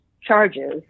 charges